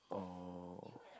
oh